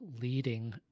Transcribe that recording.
leading